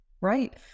right